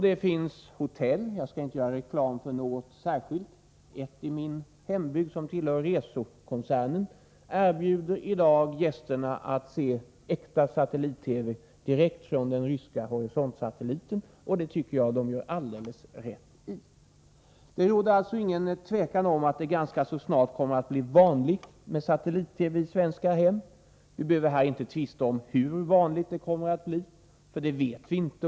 Det finns också hotell — jag skall inte göra reklam för något särskilt hotell, men jag tänker på ett som finns i min hembygd och som tillhör RESO-koncernen — som erbjuder gästerna att se TV-sändningar direkt från den ryska Horizont-satelliten, och det tycker jag de gör alldeles rätt i. Det råder alltså inget tvivel om att det ganska snart kommer att bli vanligt med satellit-TV i svenska hem. Vi behöver inte här tvista om hur vanligt det kommer att bli, för det vet vi inte.